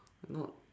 not